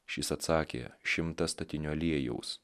šis atsakė šimtą statinių aliejaus